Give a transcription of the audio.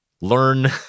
learn